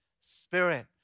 Spirit